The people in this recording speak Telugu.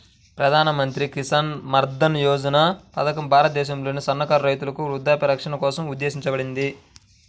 ప్రధాన్ మంత్రి కిసాన్ మన్ధన్ యోజన పథకం భారతదేశంలోని సన్నకారు రైతుల వృద్ధాప్య రక్షణ కోసం ఉద్దేశించబడింది